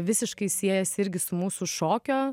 visiškai siejasi irgi su mūsų šokio